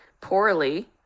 poorly